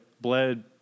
bled